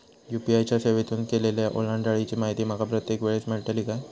UPI च्या सेवेतून केलेल्या ओलांडाळीची माहिती माका प्रत्येक वेळेस मेलतळी काय?